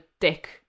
dick